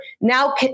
now